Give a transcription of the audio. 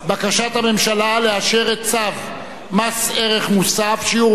בקשת הממשלה לאשר את צו מס ערך מוסף (שיעור